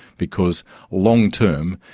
because long term,